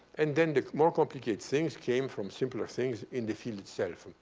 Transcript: and then the more complicated things came from simpler things in the field itself. ah